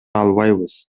албайбыз